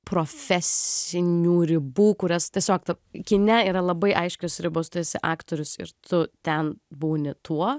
profesinių ribų kurias tiesiog kine yra labai aiškios ribos tu esi aktorius ir tu ten būni tuo